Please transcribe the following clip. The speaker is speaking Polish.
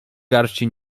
garści